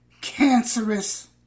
cancerous